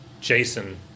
Jason